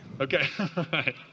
Okay